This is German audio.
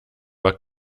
war